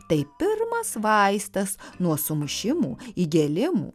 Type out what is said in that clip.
tai pirmas vaistas nuo sumušimų įgėlimų